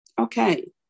Okay